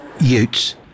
Utes